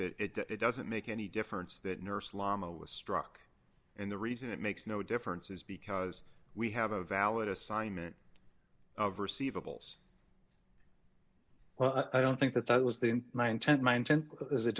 that it doesn't make any difference that nurse llama was struck in the reason it makes no difference is because we have a valid assignment of receivables i don't think that that was the i